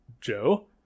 Joe